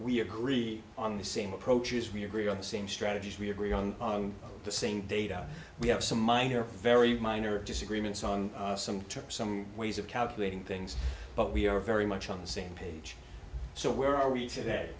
we agree on the same approaches we agree on the same strategies we agree on on the same data we have some minor very minor disagreements on some terms some ways of calculating things but we are very much on the same page so where are we today